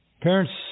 Parents